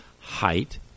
height